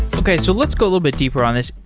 okay, so let's go a little bit deeper on this.